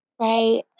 Right